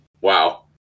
wow